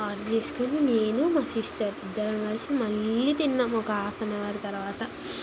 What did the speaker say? order చేసుకొని నేను మా సిస్టర్ ఇద్దరం కలిసి మళ్ళీ తిన్నాం ఒక హాఫ్ అన్ అవర్ తర్వాత